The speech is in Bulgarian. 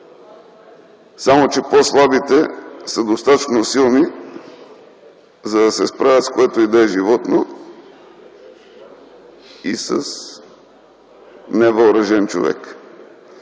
Но по-слабите са достатъчно сили, за да се справят с което и да е животно и с невъоръжен човек.